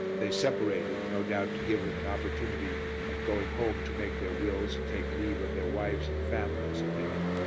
they separated, no doubt to give them an opportunity of going home to make their wills and take leave of their wives and families, if any.